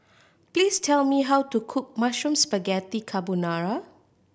please tell me how to cook Mushroom Spaghetti Carbonara